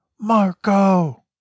marco